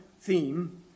theme